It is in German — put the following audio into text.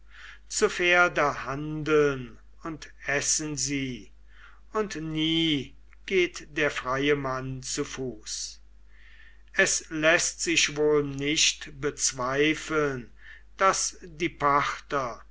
zu pferde handeln und essen sie und nie geht der freie mann zu fuß es läßt sich wohl nicht bezweifeln daß die parther